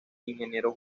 ingeniero